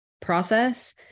process